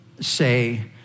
say